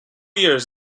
years